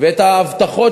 ואת ההבטחות